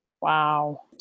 Wow